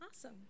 Awesome